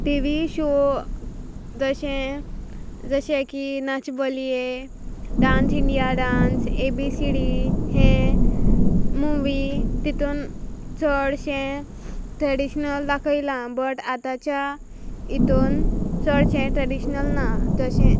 TV show जशे जशे की Nach Baliye dance India dance ABCD हें मुवी तितूंत चोडशें ट्रॅडिशनल दाखयलां बट आतांच्या हितून चडशें ट्रॅडिशनल ना जशें